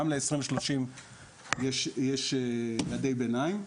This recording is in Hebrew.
גם ל-2030 יש יעדי ביניים.